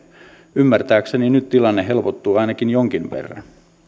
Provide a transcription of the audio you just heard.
ymmärtääkseni nyt tilanne helpottuu ainakin jonkin verran